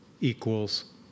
equals